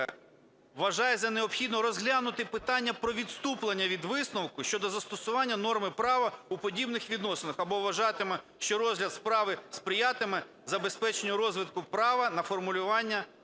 вважає за необхідне розглянути питання про відступлення від висновку щодо застосування норми права у подібних правовідносинах або вважатиме, що розгляд справи сприятиме забезпеченню розвитку права та формуванню єдиної